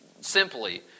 simply